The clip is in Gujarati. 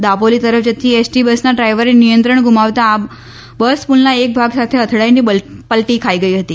દાપોલી તરફ જતી એસ ટી બસના ડ્રાઇવરે નિયત્રંણ ગુમાવતા બસ પુલના એક ભાગ સાથે અથડાઇને પલટી ખાઇ ગઇ હતી